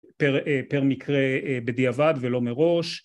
פר מקרה בדיעבד ולא מראש